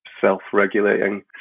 self-regulating